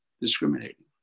discriminating